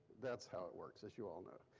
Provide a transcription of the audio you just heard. that's how it works, as you all know.